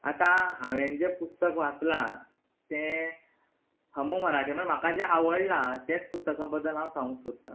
आतां हांवेन जें पुस्तक वाचलां तें ह मो मराठे म्हाका जें आवडलां तेच पुस्तका बद्दल हांव सांगूंक सोदतां